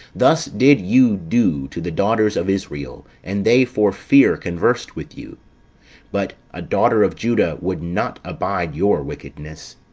thus did you do to the daughters of israel, and they for fear conversed with you but a daughter of juda would not abide your wickedness.